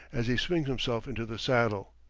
as he swings himself into the saddle.